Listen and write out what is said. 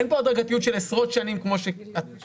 אין כאן הדרגתיות של עשרות שנים אבל יש